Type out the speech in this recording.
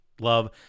love